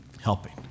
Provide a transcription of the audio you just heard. helping